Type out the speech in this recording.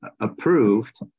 approved